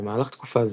במהלך תקופה זו,